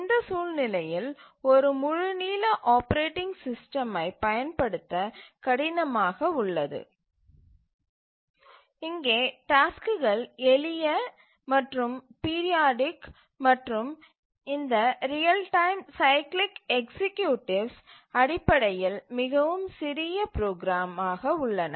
இந்த சூழ்நிலையில் ஒரு முழு நீள ஆப்பரேட்டிங் சிஸ்டமை பயன்படுத்த கடினமாக உள்ளது இங்கே டாஸ்க்குகள் எளிய மற்றும் பீரியாடிக் மற்றும் இந்த ரியல் டைம் சைக்கிளிக் எக்சீக்யூட்டிவ்ஸ் அடிப்படையில் மிகவும் சிறிய ப்ரோக்ராம் ஆக உள்ளன